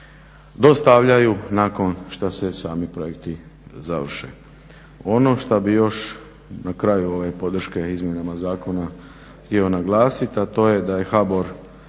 dostavljaju nakon što se sami projekti završe. Ono što bih još na kraju ove podrške izmjenama zakona htio naglasiti a to je da je HBOR